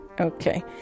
Okay